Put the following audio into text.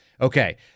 Okay